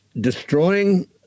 destroying